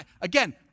Again